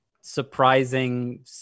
surprising